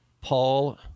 Paul